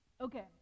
Okay